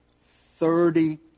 Thirty